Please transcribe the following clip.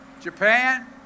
Japan